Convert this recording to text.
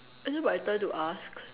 is it my turn to ask